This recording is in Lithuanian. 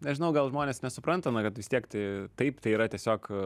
nežinau gal žmonės nesupranta nu kad vis tiek tai taip tai yra tiesiog